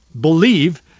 believe